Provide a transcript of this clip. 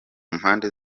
mpande